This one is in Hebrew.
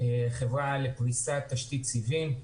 חברה לפריסת תשתית סיבים.